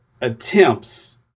attempts